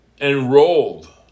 enrolled